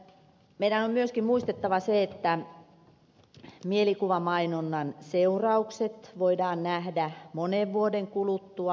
meidän on myöskin muistettava se että mielikuvamainonnan seuraukset voidaan nähdä monen vuoden kuluttua